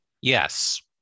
Yes